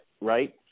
right